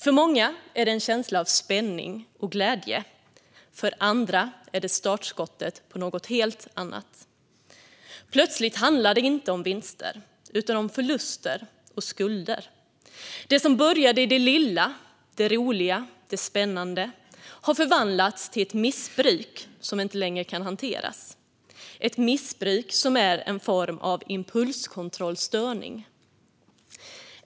För många är det en känsla av spänning och glädje, för andra är det startskottet på något helt annat. Plötsligt handlar det inte om vinster, utan om förluster och skulder. Det som började i det lilla - det roliga och det spännande - har förvandlats till ett missbruk som inte längre kan hanteras. Det är ett missbruk som är en form av impulskontrollstörning.